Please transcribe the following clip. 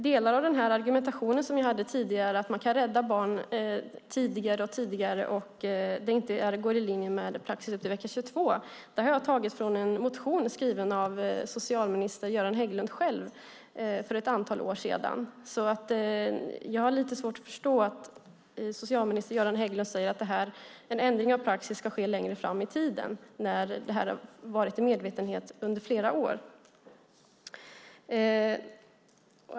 Delar av den argumentation jag förde tidigare, att man kan rädda barn allt tidigare och att det inte alltid går i linje med praxisen om vecka 22, har jag tagit av en motion skriven av socialminister Göran Hägglund själv för ett antal år sedan. Jag har lite svårt att förstå att socialminister Göran Hägglund säger att en ändring av praxis ska ske längre fram i tiden när medvetenheten har funnits under flera år.